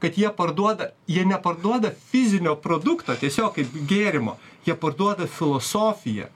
kad jie parduoda jie neparduoda fizinio produkto tiesiog kaip gėrimo jie parduoda filosofiją